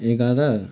एघार